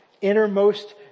innermost